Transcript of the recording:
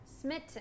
smitten